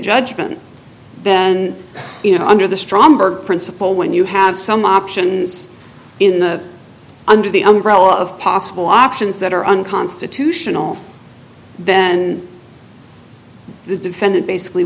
judgement then you know under the stromberg principle when you have some options in the under the umbrella of possible options that are unconstitutional then the defendant basically